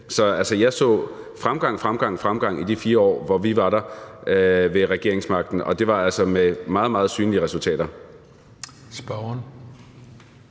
jeg så fremgang, fremgang, fremgang i de 4 år, hvor vi var der ved regeringsmagten, og det var altså med meget, meget synlige resultater.